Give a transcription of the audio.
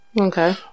Okay